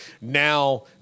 now